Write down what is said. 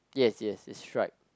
yes yes it's striped